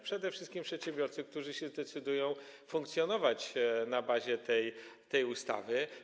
Przede wszystkim przedsiębiorcy, którzy się zdecydują funkcjonować na bazie tej ustawy.